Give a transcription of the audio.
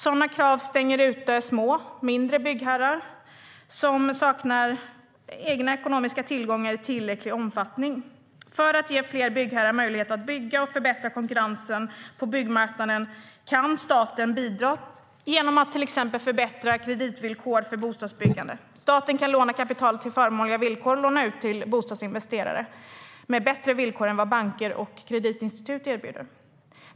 Sådana krav stänger ute mindre byggherrar som saknar egna ekonomiska tillgångar i tillräcklig omfattning. För att ge fler byggherrar möjlighet att bygga och förbättra konkurrensen på byggmarknaden kan staten bidra genom att till exempel förbättra kreditvillkoren för bostadsbyggande. Staten kan låna kapital på förmånliga villkor och låna ut till bostadsinvesterare genom att erbjuda bättre villkor än vad banker och kreditinstitut erbjuder.